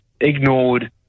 ignored